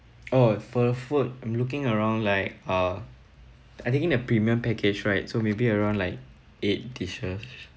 oh for food I'm looking around like uh I'm taking the premium package right so maybe around like eight dishes